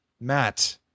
Matt